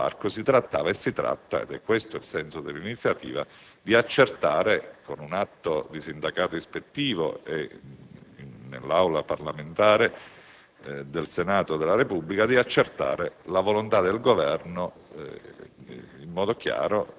l'istituzione del Parco, si trattava e si tratta - è questo il senso dell'iniziativa - di accertare in modo chiaro con un atto di sindacato ispettivo nell'Aula parlamentare del Senato della Repubblica la volontà del Governo